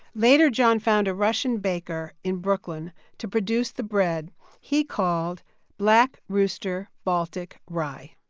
later john found a russian baker in brooklyn to produce the bread he called black rooster baltic rye